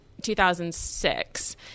2006